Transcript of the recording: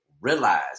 realize